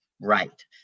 Right